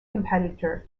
competitor